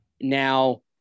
Now